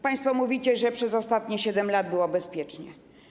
Państwo mówicie, że przez ostatnie 7 lat było bezpiecznie.